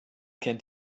kennt